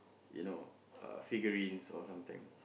you know uh figurines or something